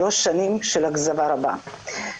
שלוש שנים של אכזבה רבה.